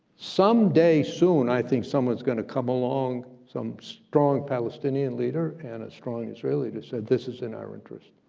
some day soon, i think someone's gonna come along, some strong palestinian leader and a strong israeli that said, this is in our interest,